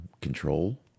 control